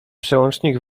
przełącznik